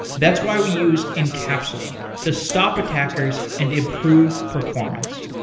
that's why we use encapsula to stop attackers and improve performance.